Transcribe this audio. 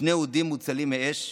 שני אודים מוצלים מאש.